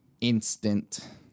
instant